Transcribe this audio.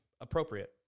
appropriate